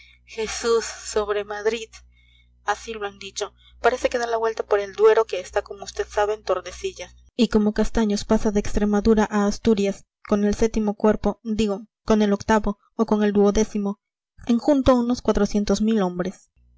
jesús sobre madrid así lo han dicho parece que da la vuelta por el duero que está como vd sabe en tordesillas y como castaños pasa de extremadura a asturias con el sétimo cuerpo digo con el octavo o con el duodécimo en junto unos cuatrocientos mil hombres